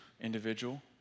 individual